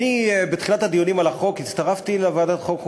אני בתחילת הדיונים על החוק הצטרפתי לוועדת החוקה,